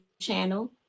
channel